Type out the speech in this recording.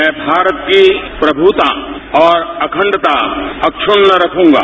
मैं भारत की प्रमुता और अखंडता अक्षण रखूंगा